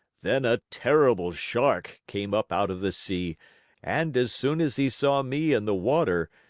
then a terrible shark came up out of the sea and, as soon as he saw me in the water,